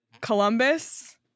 Columbus